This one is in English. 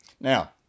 Now